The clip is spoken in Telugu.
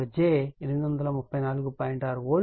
6 వోల్ట్ ఆంపియర్ లోడ్ అవుతుంది